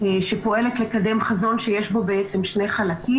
שפועלת לקדם חזון שיש בו שני חלקים,